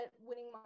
winning